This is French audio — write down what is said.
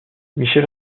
michel